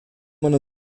einer